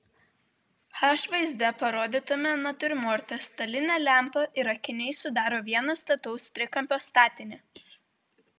h vaizde parodytame natiurmorte stalinė lempa ir akiniai sudaro vieną stataus trikampio statinį